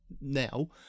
now